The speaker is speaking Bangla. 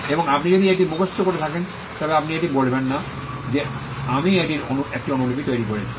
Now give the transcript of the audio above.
এবং আপনি যদি এটি মুখস্থ করে থাকেন তবে আপনি এটি বলবেন না যে আমি এটির একটি অনুলিপি তৈরি করেছি